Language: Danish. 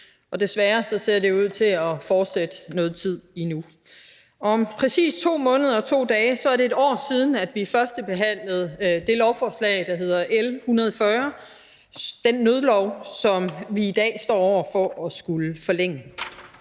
og desværre ser det ud til at fortsætte noget tid endnu. Om præcis 2 måneder og 2 dage er det 1 år, siden vi førstebehandlede det lovforslag, der hed L 140 – den nødlov, som vi i dag står over for at skulle forlænge.